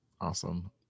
Awesome